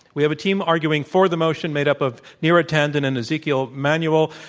we have a team arguing for the motion made up of neera tanden and ezekiel emanuel.